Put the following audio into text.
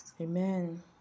Amen